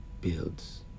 builds